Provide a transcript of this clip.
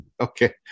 Okay